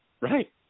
Right